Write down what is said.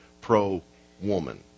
pro-woman